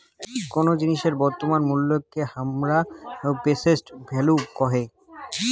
কোন জিনিসের বর্তমান মুল্যকে হামরা প্রেসেন্ট ভ্যালু কহে